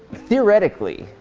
theoretically,